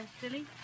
Silly